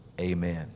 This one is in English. amen